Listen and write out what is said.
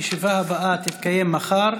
הישיבה הבאה תתקיים מחר,